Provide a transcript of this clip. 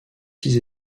six